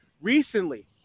recently